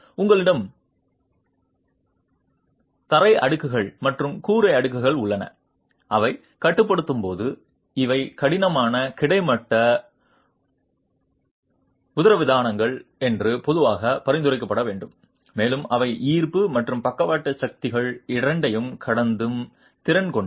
உங்களிடம் தரை அடுக்குகள் மற்றும் கூரை அடுக்குகள் உள்ளன அவை கட்டப்படும்போது இவை கடினமான கிடைமட்ட உதரவிதானங்கள் என்று பொதுவாக பரிந்துரைக்கப்பட வேண்டும் மேலும் அவை ஈர்ப்பு மற்றும் பக்கவாட்டு சக்திகள் இரண்டையும் கடத்தும் திறன் கொண்டவை